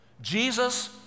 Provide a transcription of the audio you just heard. Jesus